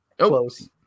Close